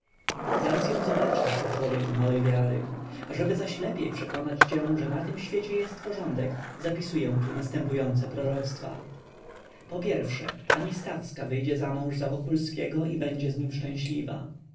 zaraz ją zobaczysz o człowieku małej wiary ażeby zaś lepiej przekonać cię że na tym świecie jest porządek zapisuję tu następujące proroctwa po pierwsze pani stawska wyjdzie zamąż za wokulskiego i będzie z nim szczęśliwa